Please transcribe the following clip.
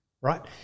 right